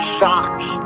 socks